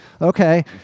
okay